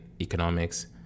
economics